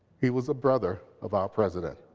he was a brother of our president.